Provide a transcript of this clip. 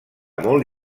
molt